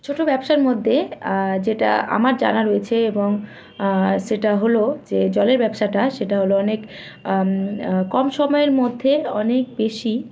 ছোটো ব্যবসার মধ্যে যেটা আমার জানা রয়েছে এবং সেটা হলো যে জলের ব্যবসাটা সেটা হলো অনেক কম সময়ের মধ্যে অনেক বেশি